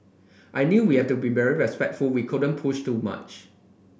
I knew we have to be very respectful we couldn't push too much